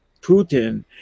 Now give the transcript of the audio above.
Putin